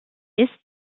ist